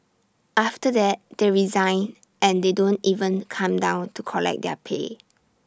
after that they resign and they don't even come down to collect their pay